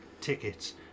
tickets